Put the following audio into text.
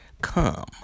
come